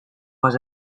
was